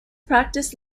practiced